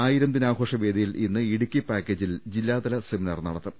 ആയിരംദിനാഘോഷവേദിയിൽ ഇന്ന് ഇടുക്കി പാക്കേജിൽ ജില്ലാതല സെമിനാർ നടത്തും